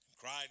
cried